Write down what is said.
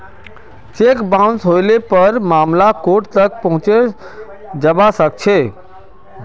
cheque bounce हले पर मामला कोर्ट तक पहुंचे जबा सकछे